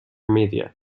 media